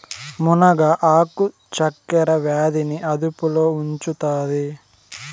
మునగ ఆకు చక్కర వ్యాధి ని అదుపులో ఉంచుతాది